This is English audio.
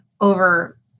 over